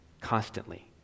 constantly